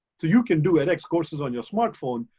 so you can do edx courses on your smartphone.